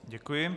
Děkuji.